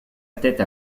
tête